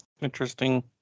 Interesting